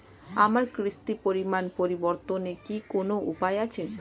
আমার কিস্তির পরিমাণ পরিবর্তনের কি কোনো উপায় আছে?